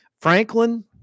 Franklin